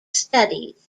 studies